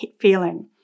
feeling